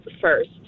first